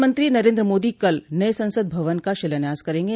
प्रधानमंत्री नरेन्द्र मोदी कल नए संसद भवन का शिलान्या़स करेंगे